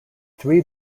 three